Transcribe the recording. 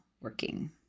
working